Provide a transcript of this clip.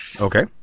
Okay